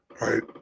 Right